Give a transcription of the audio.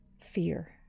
fear